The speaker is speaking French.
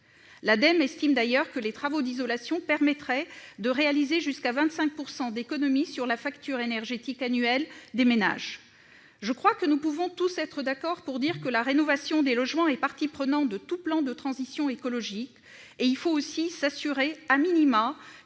L'Ademe estime d'ailleurs que les travaux d'isolation permettraient de réaliser jusqu'à 25 % d'économie sur la facture énergétique annuelle des ménages. Je crois que nous pouvons tous convenir que la rénovation des logements est partie prenante de tout plan de transition écologique. Il faut aussi s'assurer,, que